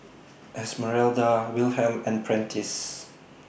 Esmeralda Wilhelm and Prentice